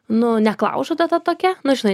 nu neklaužada ta tokia nu žinai